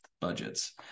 Budgets